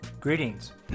greetings